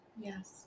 Yes